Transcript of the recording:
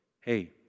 hey